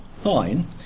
Fine